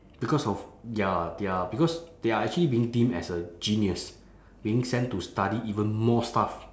because of their their because they are actually being deemed as a genius being sent to study even more stuff